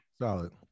Solid